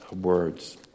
words